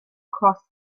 cross